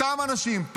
אותם אנשים,